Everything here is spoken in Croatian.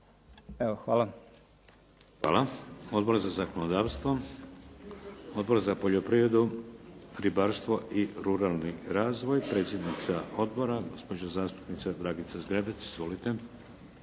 (HDZ)** Hvala. Odbor za zakonodavstvo? Odbor za poljoprivredu, ribarstvo i ruralni razvoj? Predsjednica odbora, gospođa zastupnica Dragica Zgrebec, izvolite.